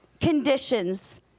conditions